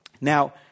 Now